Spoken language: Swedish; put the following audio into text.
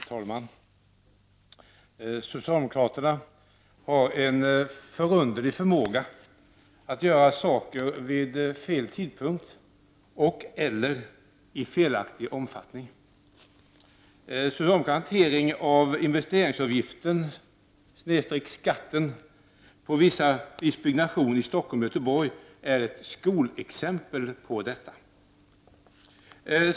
Herr talman! Socialdemokraterna har en förunderlig förmåga att göra saker vid fel tidpunkt och skatten på viss byggnation i Stockholm och Göteborg är ett skolexempel på detta.